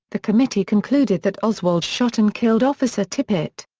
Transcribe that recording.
the committee concluded that oswald shot and killed officer tippit.